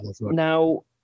now